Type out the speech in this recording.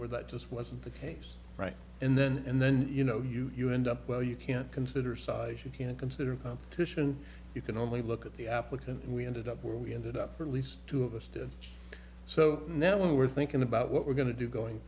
where that just wasn't the case right and then and then you know you end up well you can't consider size you can't consider competition you can only look at the applicant and we ended up where we ended up at least two of us did so now we were thinking about what we're going to do going